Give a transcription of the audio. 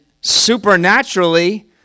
supernaturally